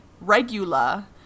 regula